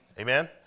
Amen